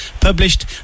published